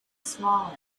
smaller